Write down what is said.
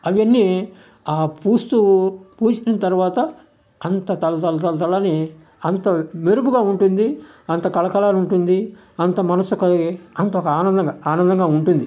అవన్నీ ఆ పూస్తూ పూసిన తర్వాత అంత తళతళతళ అని అంత మెరుపుగా ఉంటుంది అంత కళకళగా ఉంటుంది అంత మనసుకి అంత ఒక ఆనందంగా ఆనందంగా ఉంటుంది